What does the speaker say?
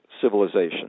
civilization